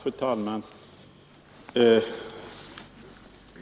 Fru talman!